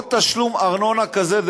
כל תשלום ארנונה כזה,